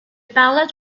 ballad